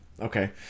Okay